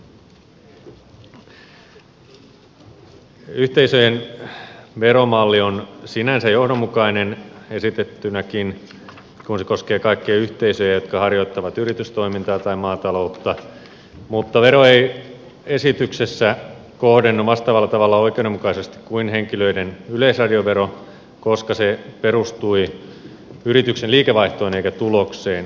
yhteisöjen veromalli on sinänsä johdonmukainen esitettynäkin kun se koskee kaikkia yhteisöjä jotka harjoittavat yritystoimintaa tai maataloutta mutta vero ei esityksessä kohdennu vastaavalla tavalla oikeudenmukaisesti kuin henkilöiden yleisradiovero koska se perustui yrityksen liikevaihtoon eikä tulokseen